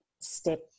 step